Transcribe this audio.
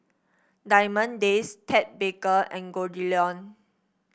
Diamond Days Ted Baker and Goldlion